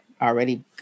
already